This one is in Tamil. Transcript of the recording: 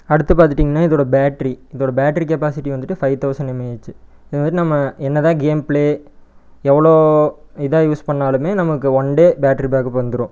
அடுத்து பார்த்துட்டிங்கன்னா இதோடய பேட்ரி இதோடய பேட்ரி கெப்பாசிட்டி வந்துவிட்டு ஃபைவ் தௌசண்ட் எம்ஏஹச் இது வந்துவிட்டு நம்ம என்ன தான் கேம் பிளே எவ்வளோ இதாக யூஸ் பண்ணாலுமே நமக்கு ஒன் டே பேட்ரி பேக்கப் வந்துடும்